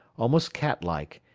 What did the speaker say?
almost catlike,